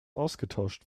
ausgetauscht